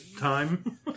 time